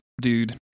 dude